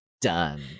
done